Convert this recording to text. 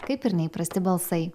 kaip ir neįprasti balsai